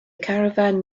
caravan